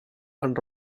and